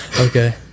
Okay